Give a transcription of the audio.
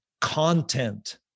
content